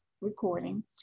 recording